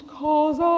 cause